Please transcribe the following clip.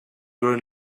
were